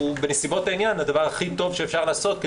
ובנסיבות העניין הוא הדבר הכי טוב שאפשר לעשות,